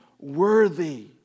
worthy